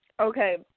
Okay